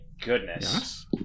goodness